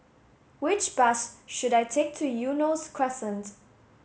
which bus should I take to Eunos Crescent